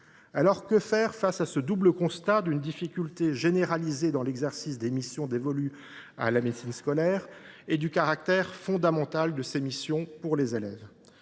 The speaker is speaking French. lors, que faire face à ce double constat d’une difficulté généralisée à exercer les missions dévolues à la médecine scolaire et du caractère fondamental de ces missions pour les élèves ?